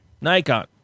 Nikon